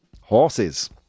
Horses